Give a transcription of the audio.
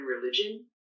religion